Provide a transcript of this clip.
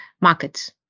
markets